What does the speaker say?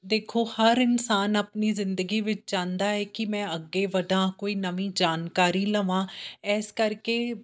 ਦੇਖੋ ਹਰ ਇਨਸਾਨ ਆਪਣੀ ਜ਼ਿੰਦਗੀ ਵਿੱਚ ਚਾਹੁੰਦਾ ਹੈ ਕਿ ਮੈਂ ਅੱਗੇ ਵਧਾਂ ਕੋਈ ਨਵੀਂ ਜਾਣਕਾਰੀ ਲਵਾਂ ਇਸ ਕਰਕੇ